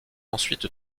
ensuite